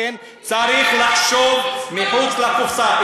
לכן, צריך לחשוב מחוץ לקופסה.